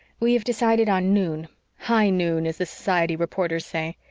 we have decided on noon high noon, as the society reporters say.